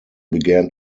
began